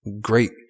great